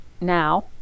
now